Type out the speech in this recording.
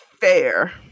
fair